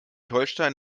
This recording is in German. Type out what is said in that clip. holstein